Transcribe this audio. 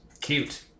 Cute